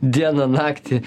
dieną naktį